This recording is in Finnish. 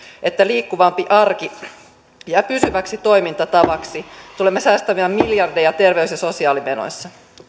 että liikkuvampi arki jää pysyväsi toimintatavaksi tulemme säästämään miljardeja terveys ja sosiaalimenoissa